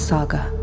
Saga